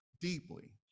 deeply